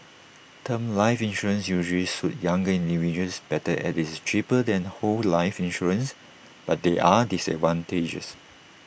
term life insurance usually suit younger individuals better as IT is cheaper than whole life insurance but there are disadvantages